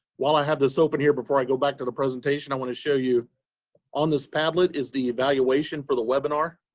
while i have this open here before i go back to the presentation i want to show you on this padlet is evaluation for the webinar.